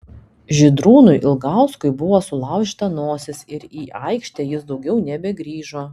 žydrūnui ilgauskui buvo sulaužyta nosis ir į aikštę jis daugiau nebegrįžo